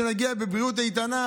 שנגיע בבריאות איתנה,